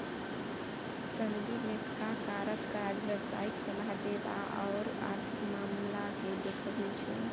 सनदी लेखाकारक काज व्यवसायिक सलाह देब आओर आर्थिक मामलाकेँ देखब छै